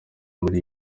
muri